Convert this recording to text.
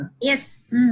Yes